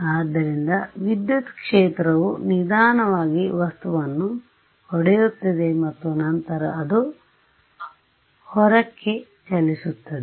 ಆದ್ದರಿಂದ ವಿದ್ಯುತ್ ಕ್ಷೇತ್ರವುನಿಧಾನವಾಗಿ ವಸ್ತುವನ್ನು ಹೊಡೆಯುತ್ತದೆ ಮತ್ತು ನಂತರ ಅದು ಹೊರಕ್ಕೆ ಚಲಿಸುತ್ತದೆ